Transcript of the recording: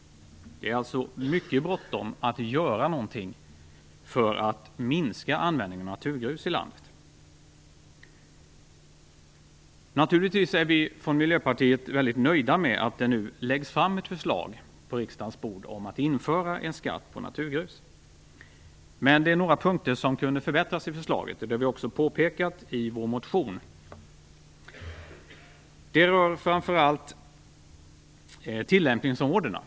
Det är alltså bråttom att göra någonting för att minska användningen av naturgrus i landet. Naturligtvis är vi i Miljöpartiet väldigt nöjda med att det nu läggs fram ett förslag på riksdagens bord om att införa en skatt på naturgrus. Men några punkter i förslaget kunde förbättras. Det har vi också påpekat i vår motion. Det rör framför allt tillämpningsområdena.